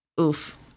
oof